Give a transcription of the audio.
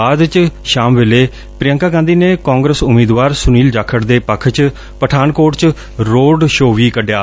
ਬਾਅਦ ਚ ਸ਼ਾਮ ਵੇਲੇ ਪ੍ਰਿੰਕਾ ਗਾਂਧੀ ਨੇ ਕਾਂਗਰਸ ਉਮੀਦਵਾਰ ਸੁਨੀਲ ਜਾਖੜ ਦੇ ਪੱਖ ਚ ਪਠਾਨਕੋਟ ਚ ਰੋਡ ਸ਼ੋਅ ਵੀ ਕੱਢਿਆ